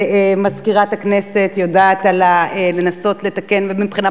ומזכירת הכנסת יודעת לנסות לתקן ומבחינה